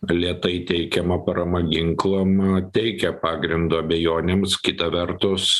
lėtai teikiama parama ginklam teikia pagrindo abejonėms kita vertus